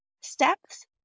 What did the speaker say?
steps